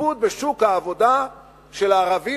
ההשתתפות בשוק העבודה של הערבים,